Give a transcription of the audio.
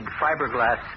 Fiberglass